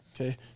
Okay